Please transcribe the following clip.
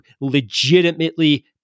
legitimately